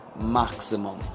maximum